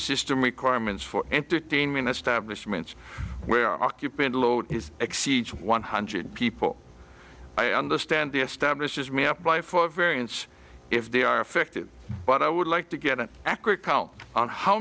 system requirements for entertainment establishments where occupant load is x each one hundred people i understand the establishes me up by for a variance if they are affected but i would like to get an accurate count on how